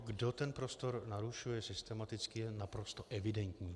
Kdo ten prostor narušuje systematicky, je naprosto evidentní.